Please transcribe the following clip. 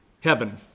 heaven